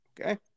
Okay